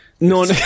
No